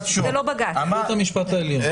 את הדברים,